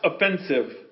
offensive